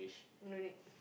uh no need